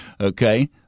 Okay